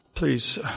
Please